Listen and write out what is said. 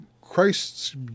Christ's